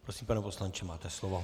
Prosím, pane poslanče, máte slovo.